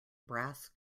brass